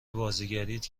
بازیگریت